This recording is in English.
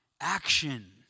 Action